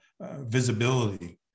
visibility